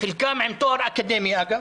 חלקם עם תואר אקדמי, אגב